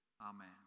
Amen